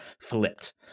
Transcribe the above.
flipped